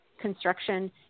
construction